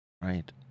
right